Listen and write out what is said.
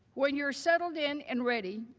when you are settled in and ready,